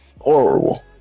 horrible